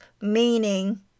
meaning